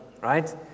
right